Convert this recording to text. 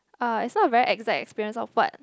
uh it's not a very exact experience of what